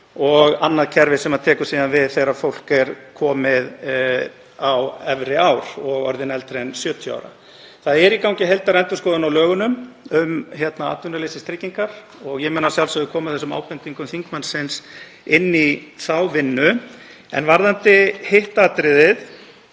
er annað kerfi sem tekur síðan við þegar fólk er komið á efri ár og orðið eldra en 70 ára. Það er í gangi heildarendurskoðun á lögunum um atvinnuleysistryggingar og ég mun að sjálfsögðu koma þessum ábendingum þingmannsins inn í þá vinnu. Varðandi hitt atriðið,